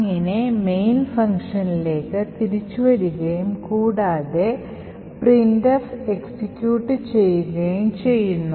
അങ്ങിനെ main function ലേക്ക് തിരിച്ചു വരികയും കൂടാതെ printf എക്സിക്യൂട്ട് ചെയ്യുകയും ചെയ്യുന്നു